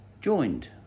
joined